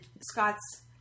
Scott's